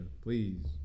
please